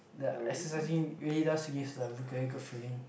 the exercising really does give a very good feeling